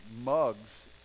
mugs